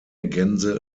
gänse